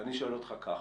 ואני שואל אותך ככה.